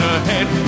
ahead